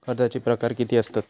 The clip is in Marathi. कर्जाचे प्रकार कीती असतत?